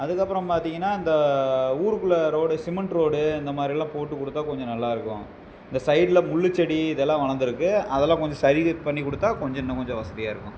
அதுக்கப்புறம் பார்த்திங்கன்னா இந்த ஊருக்குள்ள ரோடு சிமெண்ட் ரோடு இந்த மாதிரிலாம் போட்டு கொடுத்தா கொஞ்சம் நல்லா இருக்கும் இந்த சைட்ல முள்ளுச்செடி இதெல்லாம் வளந்திருக்கு அதெல்லாம் கொஞ்சம் சரி பண்ணி கொடுத்தா கொஞ்சம் இன்னும் கொஞ்சம் வசதியாக இருக்கும்